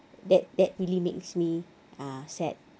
that that really makes me ah sad